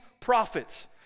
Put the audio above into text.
prophets